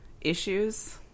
issues